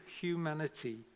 humanity